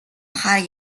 хар